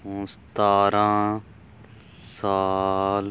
ਤੋਂ ਸਤਾਰ੍ਹਾਂ ਸਾਲ